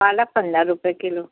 पालक पन्द्रह रुपए किलो